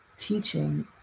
teaching